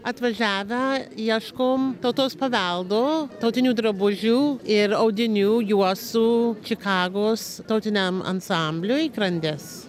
atvažiavę ieškom tautos paveldo tautinių drabužių ir audinių juostų čikagos tautiniam ansambliui grandis